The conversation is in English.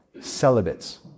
Celibates